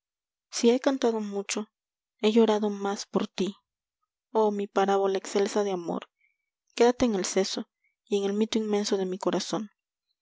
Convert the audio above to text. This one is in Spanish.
he cantado mucho he llorado más por ti oh mi parábola excelsa de amor quédate en el seso y en el mito inmenso de mi corazón